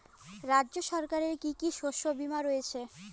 রাজ্য সরকারের কি কি শস্য বিমা রয়েছে?